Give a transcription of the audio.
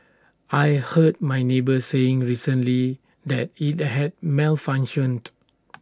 I heard my neighbour saying recently that IT had malfunctioned